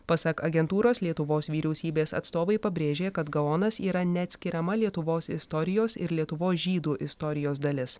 pasak agentūros lietuvos vyriausybės atstovai pabrėžė kad gaonas yra neatskiriama lietuvos istorijos ir lietuvos žydų istorijos dalis